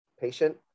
patient